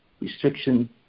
restriction